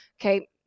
Okay